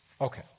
Okay